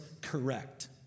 correct